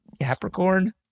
Capricorn